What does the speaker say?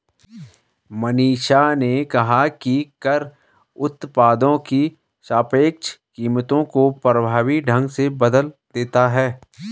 मनीषा ने कहा कि कर उत्पादों की सापेक्ष कीमतों को प्रभावी ढंग से बदल देता है